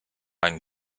einen